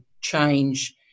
change